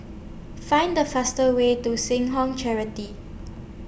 Find The fastest Way to Seh Ong Charity